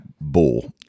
Bull